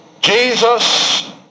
Jesus